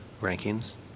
rankings